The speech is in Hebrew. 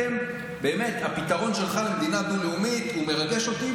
באמת, הפתרון שלך, מדינה דו-לאומית, מרגש אותי.